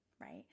right